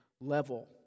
level